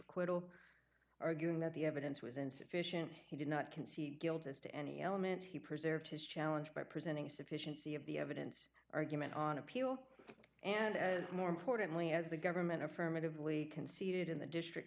acquittal arguing that the evidence was insufficient he did not concede guilt as to any element he preserved his challenge by presenting sufficiency of the evidence argument on appeal and more importantly as the government affirmatively conceded in the district